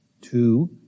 two